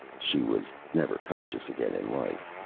she was never conscious again in life.